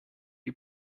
you